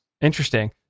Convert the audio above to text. Interesting